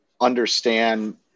understand